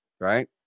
Right